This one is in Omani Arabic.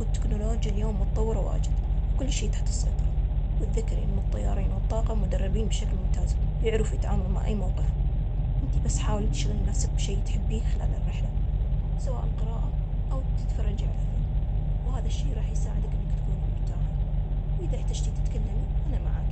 لكن قبل الرحلة إنت حاولت تنفس بعمق, وفكر في الأشيا الحلوة اللي بتشوفها بعدين. يمكن بعد تشوف فيلم, أو تقرأ كتاب عشان تشدد تفكيرك, وإن شاء الله تكون رحلة ميمونة ومريحة.